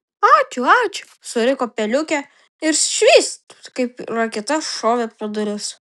ačiū ačiū suriko peliukė ir švyst kaip raketa šovė pro duris